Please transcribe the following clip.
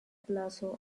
plazo